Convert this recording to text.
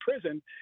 prison